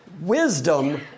Wisdom